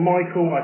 Michael